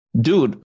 Dude